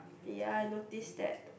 ya I notice that